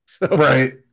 Right